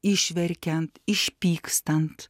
išverkiant išpykstant